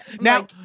Now